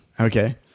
Okay